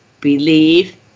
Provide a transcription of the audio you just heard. believe